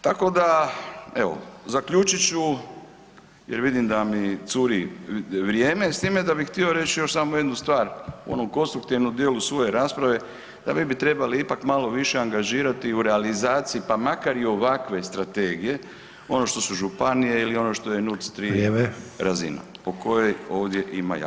Tako da evo zaključit ću jer vidim da mi curi vrijeme, s time da bih htio reći još samo jednu stvar u onom konstruktivnom dijelu svoje rasprave da mi bi trebali ipak malo više angažirati u realizaciji, pa makar i ovakve strategije ono što su županije ili ono što je NUC3 razina [[Upadica Sanader: Vrijeme.]] o kojoj ovdje ima jako malo riječi.